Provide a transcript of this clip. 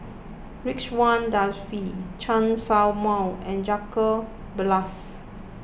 Ridzwan Dzafir Chen Show Mao and Jacob Ballas